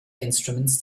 instruments